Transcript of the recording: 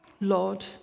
Lord